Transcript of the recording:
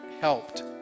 helped